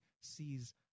sees